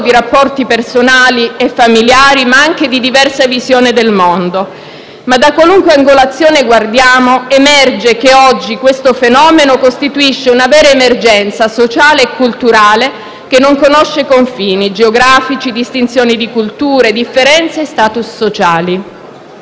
di rapporti personali e familiari, ma anche di diversa visione del mondo. Tuttavia, da qualunque angolazione si guardi si evince che oggi questo fenomeno costituisce una vera emergenza sociale e culturale che non conosce confini geografici, distinzioni di cultura, differenze e *status* sociali.